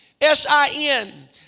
S-I-N